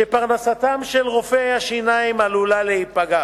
שפרנסתם של רופאי השיניים עלולה להיפגע.